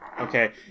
Okay